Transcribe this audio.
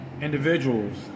individuals